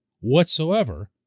whatsoever